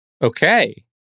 Okay